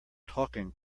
talking